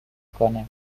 کنه